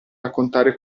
raccontare